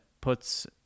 puts